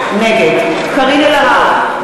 נגד קארין אלהרר,